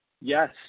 Yes